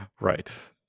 Right